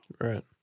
Right